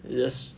yes